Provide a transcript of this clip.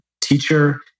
teacher